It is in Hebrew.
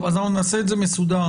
אז אנחנו נעשה את זה מסודר,